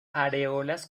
areolas